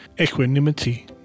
equanimity